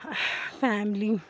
family